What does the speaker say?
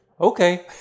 okay